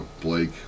Blake